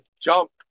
jump